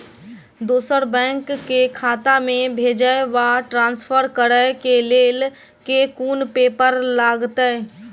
दोसर बैंक केँ खाता मे भेजय वा ट्रान्सफर करै केँ लेल केँ कुन पेपर लागतै?